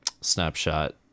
snapshot